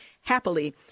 Happily